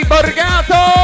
Borgato. (